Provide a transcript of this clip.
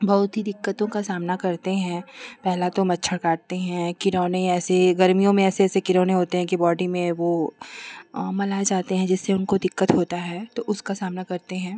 बहुत ही दिक्कतों का सामना करते हैं पहला तो मच्छर काटते हैं किरौने ऐसे गर्मियों में ऐसे ऐसे किरौने होते हैं कि बॉडी में वह मलाए जाते हैं कोई दिक्कत होता है तो उसका सामना करते हैं